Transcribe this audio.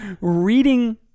reading